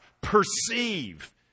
perceive